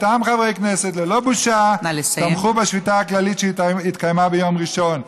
אותם חברי כנסת ללא בושה תמכו בשביתה הכללית שהתקיימה ביום ראשון.